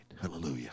Hallelujah